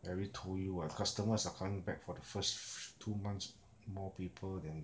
I already told you what customers are coming back for the first fi~ two months more people then